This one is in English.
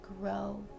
grow